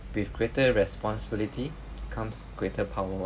with greater responsibility comes greater power [what]